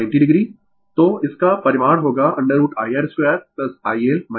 तो इसका परिमाण होगा √IR2IL IC संपूर्ण2 और कोण है tan इनवर्स IL ICR